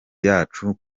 yacu